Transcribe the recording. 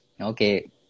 okay